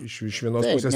iš iš vienos pusės